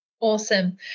Awesome